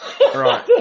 right